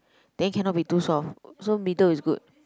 then cannot be too soft so middle is good